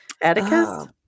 Atticus